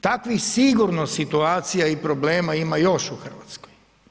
Takvih sigurno situacija i problem ima još u Hrvatskoj.